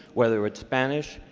whether it's spanish,